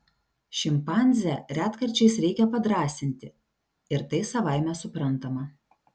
šimpanzę retkarčiais reikia padrąsinti ir tai savaime suprantama